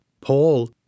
Paul